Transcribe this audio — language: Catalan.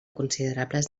considerables